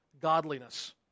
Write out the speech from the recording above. godliness